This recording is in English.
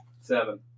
Seven